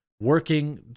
working